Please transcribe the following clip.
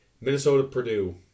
Minnesota-Purdue